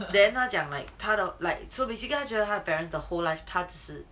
then 他讲 like 他的 like so basically 他觉得他的 parents 的 whole life 他只是